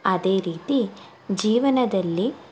ಅದೇ ರೀತಿ ಜೀವನದಲ್ಲಿ